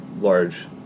large